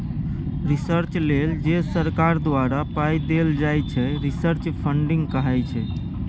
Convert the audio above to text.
research लेल जे सरकार द्वारा पाइ देल जाइ छै रिसर्च फंडिंग कहाइ छै